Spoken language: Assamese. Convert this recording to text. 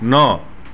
ন